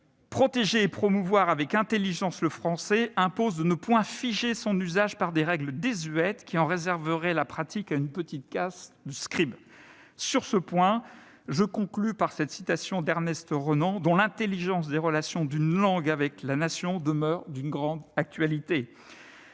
protéger et promouvoir avec intelligence le français impose de ne point figer son usage par des règles désuètes qui en réserveraient la pratique à une petite caste de scribes. Sur ce point, je conclus par cette citation d'Ernest Renan dont l'intelligence des relations d'une langue avec la Nation demeure d'une grande actualité :